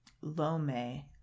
Lome